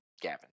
Gavin